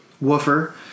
woofer